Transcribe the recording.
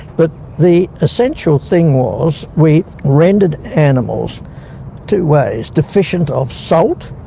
but the essential thing was we rendered animals two ways, deficient of salt,